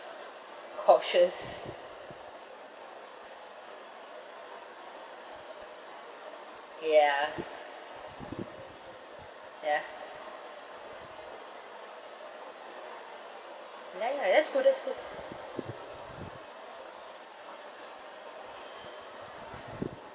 cautious ya ya ya ya that's good that's good